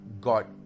God